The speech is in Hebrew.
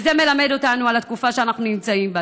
וזה מלמד אותנו על התקופה שאנחנו נמצאים בה.